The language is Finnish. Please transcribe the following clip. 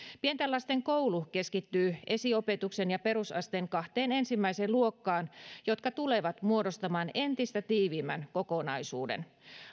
pienten lasten koulu keskittyy esiopetuksen ja perusasteen kahteen ensimmäiseen luokkaan jotka tulevat muodostamaan entistä tiiviimmän kokonaisuuden